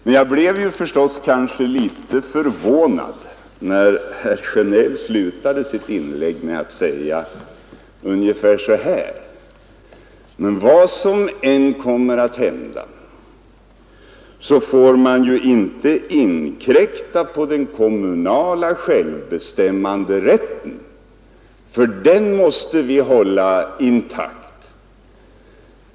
Men jag blev litet förvånad, när herr Sjönell slutade sitt inlägg med att säga ungefär så här: Vad som än kommer att hända, får man inte inkräkta på den kommunala självbestämmanderätten, för den måste vi hålla intakt.